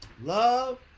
love